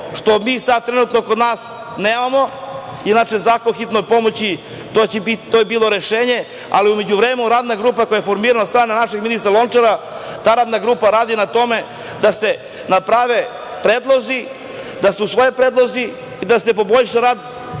što mi trenutno kod nas nemamo. Inače, zakon o hitnoj pomoći je bilo rešenje, ali, u međuvremenu radna grupa koja je formirana od strane našeg ministra Lončara, ta radna grupa radi na tome da se naprave predlozi, da se usvoje predlozi da se poboljša rad